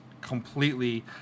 completely